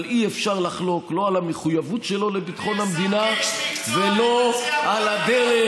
אבל אי-אפשר לחלוק לא על המחויבות שלו לביטחון המדינה ולא על הדרך